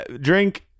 Drink